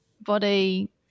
Body